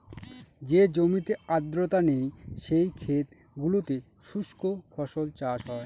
যে জমিতে আর্দ্রতা নেই, সেই ক্ষেত গুলোতে শুস্ক ফসল চাষ হয়